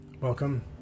welcome